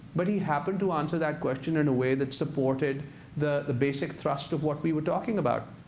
but he happened to answer that question in a way that supported the the basic thrust of what we were talking about.